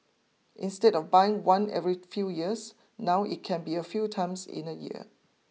instead of buying one every few years now it can be a few times in a year